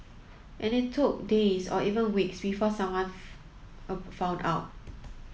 and it took days or even weeks before someone found out